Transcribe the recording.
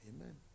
Amen